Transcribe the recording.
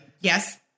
Yes